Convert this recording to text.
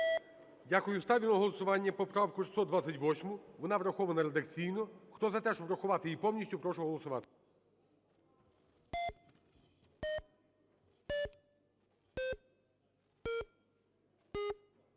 Дякую. Ставлю на голосування поправку 628. Вона врахована редакційно. Хто за те, щоб врахувати її повністю, прошу голосувати.